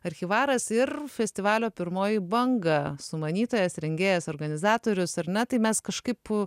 archyvaras ir festivalio pirmoji banga sumanytojas rengėjas organizatorius ir na tai mes kažkaip